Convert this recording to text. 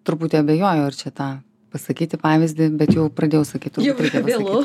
truputį abejoju ar čia tą pasakyti pavyzdį bet jau pradėjau sakyt turbūt reikia pasakyt